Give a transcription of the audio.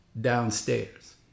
downstairs